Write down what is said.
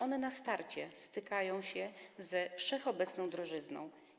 One na starcie stykają się ze wszechobecną drożyzną.